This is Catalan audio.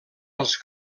els